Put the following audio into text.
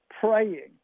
praying